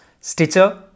Stitcher